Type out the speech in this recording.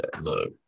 Look